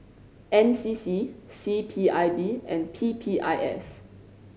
N C C C P I B and P P I S